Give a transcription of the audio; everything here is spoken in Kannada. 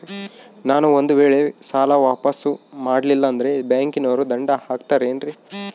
ನಾನು ಒಂದು ವೇಳೆ ಸಾಲ ವಾಪಾಸ್ಸು ಮಾಡಲಿಲ್ಲಂದ್ರೆ ಬ್ಯಾಂಕನೋರು ದಂಡ ಹಾಕತ್ತಾರೇನ್ರಿ?